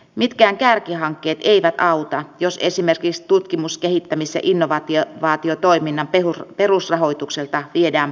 mitkään kärkihankkeet eivät auta jos esimerkiksi tutkimus kehittämis ja innovaatiotoiminnan perusrahoitukselta viedään pohja pois